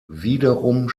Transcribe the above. wiederum